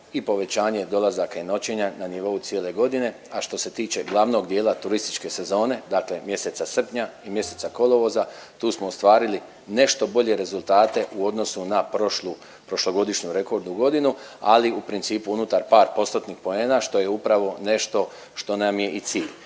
i povećanje dolazaka i noćenja na nivou cijele godine, a što se tiče glavnog dijela turističke sezone, dakle mjeseca srpnja i mjeseca kolovoza, tu smo ostvarili nešto bolje rezultate u odnosu na prošlu, prošlogodišnju rekordnu godinu, ali u principu unutar par postotnih poena, što je upravo nešto što nam je i cilj.